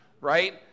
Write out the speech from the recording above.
right